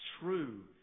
true